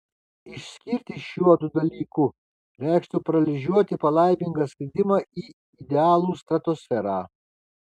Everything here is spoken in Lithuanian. išskirti šiuodu dalyku reikštų paralyžiuoti palaimingą skridimą į idealų stratosferą